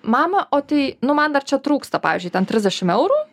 mama o tai nu man dar čia trūksta pavyzdžiui ten tridešimt eurų